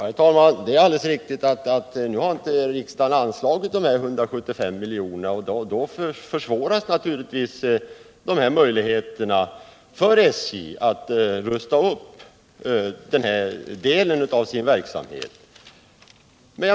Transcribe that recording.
Herr talman! Det är riktigt att riksdagen inte har anslagit de 175 miljonerna, och därmed försvåras naturligtvis möjligheterna för SJ att rusta upp denna del av sin verksamhet.